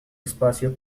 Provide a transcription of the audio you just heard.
espacio